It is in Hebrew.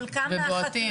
לצערי הרב, חלקם מהחקלאים,